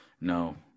No